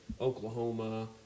oklahoma